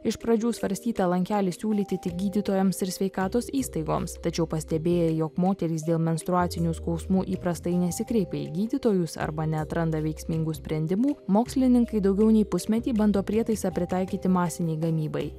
iš pradžių svarstyta lankelį siūlyti tik gydytojams ir sveikatos įstaigoms tačiau pastebėję jog moterys dėl menstruacinių skausmų įprastai nesikreipia į gydytojus arba neatranda veiksmingų sprendimų mokslininkai daugiau nei pusmetį bando prietaisą pritaikyti masinei gamybai